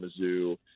Mizzou